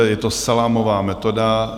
Je to salámová metoda.